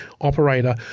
operator